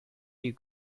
you